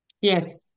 Yes